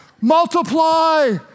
multiply